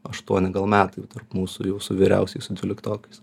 aštuoni gal metai va tarp mūsų jūsų vyriausiais su dvyliktokais